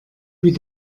wie